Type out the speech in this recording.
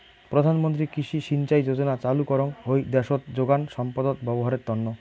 প্রধান মন্ত্রী কৃষি সিঞ্চাই যোজনা চালু করঙ হই দ্যাশোত যোগান সম্পদত ব্যবহারের তন্ন